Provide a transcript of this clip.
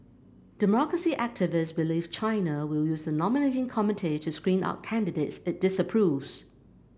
democracy activists believe China will use the nominating committee to screen out candidates it disapproves